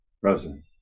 present